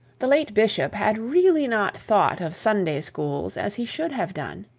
the late bishop had really not thought of sunday schools as he should have done.